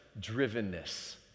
drivenness